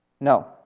No